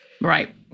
Right